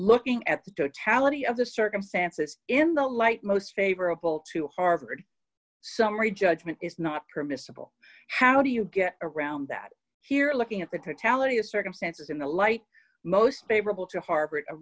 looking at the totality of the circumstances in the light most favorable to harvard summary judgment is not permissible how do you get around that here looking at the totality of circumstances in the light most favorable to har